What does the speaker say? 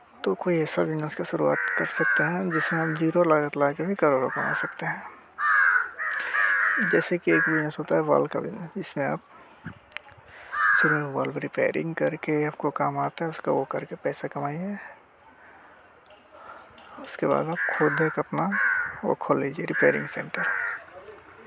तो कोई ऐसा बिजनेस की शुरुआत कर सकते हैं जिसमें हम जीरो लगाके भी करोड़ों कमा सकते हैं जैसे कि एक बिजनेस होता है वाल्व का बिजनेस इसमें आप शुरू में वाल्व का रिपेयरिंग करके आपको काम आता है उसका वो करके पैसा कमाइए उसके बाद में खुद एक अपना वो खोल लीजिए रिपेयरिंग सेंटर